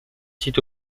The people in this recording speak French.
site